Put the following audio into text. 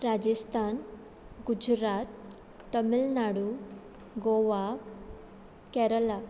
Rajasthan Gujarat Tamil Nadu Goa Kerala